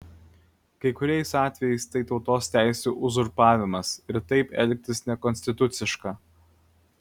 kai kuriais atvejais tai tautos teisių uzurpavimas ir taip elgtis nekonstituciška